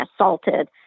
assaulted